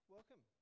Welcome